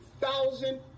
thousand